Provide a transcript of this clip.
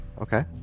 okay